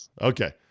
Okay